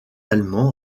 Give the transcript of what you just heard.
allemands